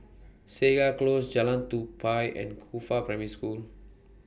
Segar Close Jalan Tupai and Qifa Primary School